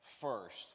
first